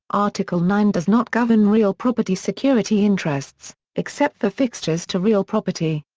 article nine does not govern real property security interests, except for fixtures to real property.